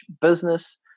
business